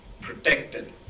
protected